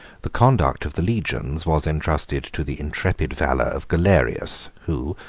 the conduct of the legions was intrusted to the intrepid valor of galerius, who,